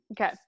Okay